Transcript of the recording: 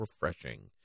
refreshing